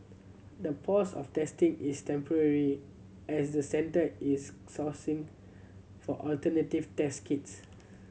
the pause of testing is temporary as the Centre is sourcing for alternative test kits